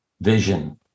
vision